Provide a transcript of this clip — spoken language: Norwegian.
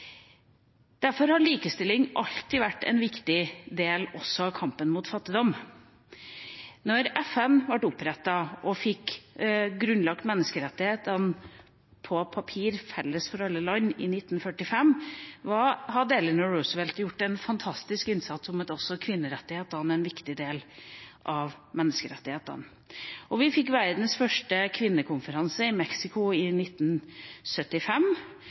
Derfor har likestilling alltid vært en viktig del også av kampen mot fattigdom. Da FN ble opprettet og fikk de grunnleggende menneskerettighetene ned på papir – felles for alle land – i 1945, hadde Eleanor Roosevelt gjort en fantastisk innsats for at også kvinnerettighetene skulle være en viktig del av menneskerettighetene. Vi fikk verdens første kvinnekonferanse i Mexico i 1975,